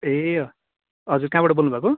ए हजुर कहाँबाट बोल्नु भएको